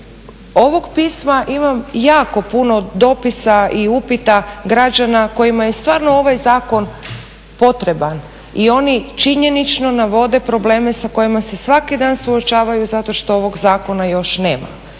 ovog pisma, imam jako puno dopisa i upita građana kojima je stvarno ovaj zakon potreban i oni činjenično navode probleme sa kojima se svaki dan suočavaju zato što ovog zakona još nema.